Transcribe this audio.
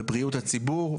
בבריאות הציבור,